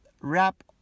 wrap